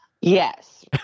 Yes